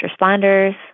responders